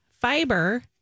fiber